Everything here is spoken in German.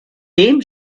dem